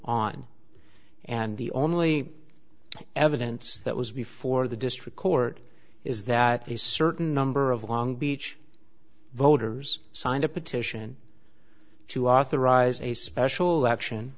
on and the only evidence that was before the district court is that a certain number of long beach voters signed a petition to authorize a special